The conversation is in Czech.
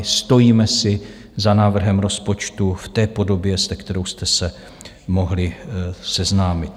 Stojíme si za návrhem rozpočtu v té podobě, se kterou jste se mohli seznámit.